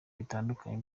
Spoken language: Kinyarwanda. bitandukanye